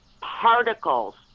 particles